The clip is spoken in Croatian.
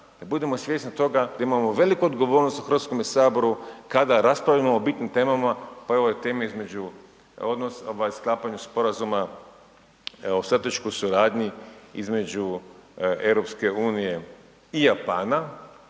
da budemo svjesni toga da imamo veliku odgovornost u HS-u kada raspravljamo o bitnim temama, pa evo i temi između odnosa, sklapanja Sporazuma o strateškoj suradnji između EU i Japana.